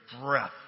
breath